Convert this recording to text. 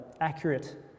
accurate